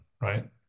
right